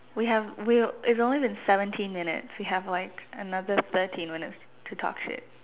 we have will it's only been seventeen minutes we have like another thirteen minutes to talk shit